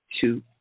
Two